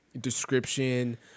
description